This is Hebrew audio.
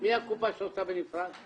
מי הקופה שעושה בנפרד?